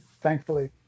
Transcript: thankfully